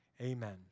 Amen